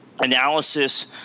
Analysis